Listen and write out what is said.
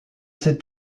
ses